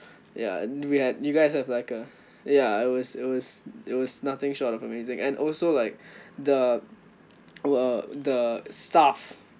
ya and we had you guys have like a ya it was it was it was nothing short of amazing and also like the who are the staff